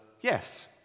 yes